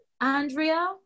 Andrea